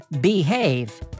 behave